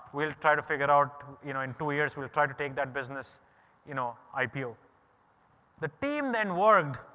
we'll try to figure out you know in two years, we will try to take that business you know ipo. the team then world,